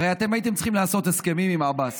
הרי אתם הייתם צריכים לעשות הסכמים עם עבאס.